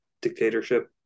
dictatorship